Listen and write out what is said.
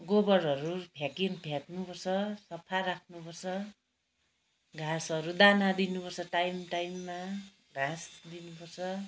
गोबरहरू फ्यकिन फ्याँक्नुपर्छ सफा राख्नुपर्छ घाँसहरू दाना दिनुपर्छ टाइम टाइममा घाँस दिनुपर्छ